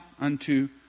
unto